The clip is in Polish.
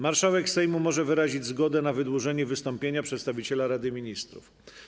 Marszałek Sejmu może wyrazić zgodę na wydłużenie wystąpienia przedstawiciela Rady Ministrów.